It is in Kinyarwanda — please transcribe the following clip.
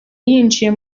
yinjiye